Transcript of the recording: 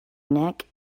neck